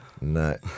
No